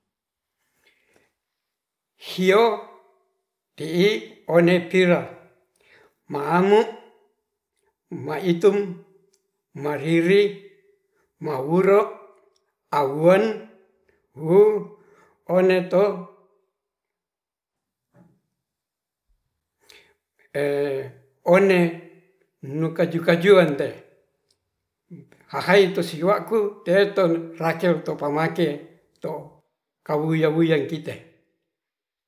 Sio ti'i one pira maango maitung mariri mawuro awen wuu one to one nu kaju kajuan te hahaitu siwa'ku teton rakel to pamake to kawuye-wuye kita